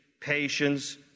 patience